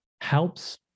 helps